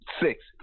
six